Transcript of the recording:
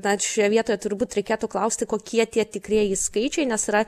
na šioje vietoje turbūt reikėtų klausti kokie tie tikrieji skaičiai nes yra